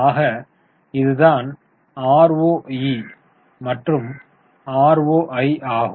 ஆக இதுதான் இது ROE மற்றும் ROI ஆகும்